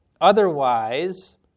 otherwise